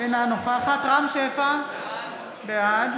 אינה נוכחת רם שפע, בעד